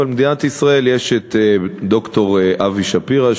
אבל במדינת ישראל יש ד"ר אבי שפירא,